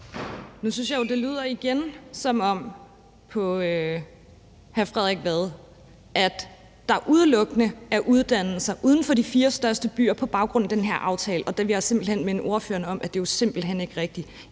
Nu synes jeg jo igen, det lyder på hr. Frederik Vad, som om der udelukkende er uddannelser uden for de fire største byer på baggrund af den her aftale, og der vil jeg minde ordføreren om, at det jo simpelt hen ikke er rigtigt.